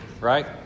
right